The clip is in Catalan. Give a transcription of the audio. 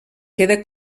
queda